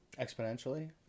exponentially